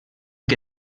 que